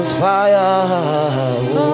fire